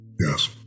yes